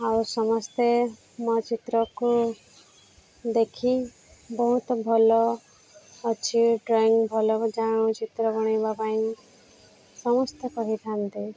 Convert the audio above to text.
ଆଉ ସମସ୍ତେ ମୋ ଚିତ୍ରକୁ ଦେଖି ବହୁତ ଭଲ ଅଛି ଡ୍ରଇଂ ଭଲ ଜାଣୁ ଚିତ୍ର ବଣେଇବା ପାଇଁ ସମସ୍ତେ କହିଥାନ୍ତି